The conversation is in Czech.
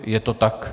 Je to tak?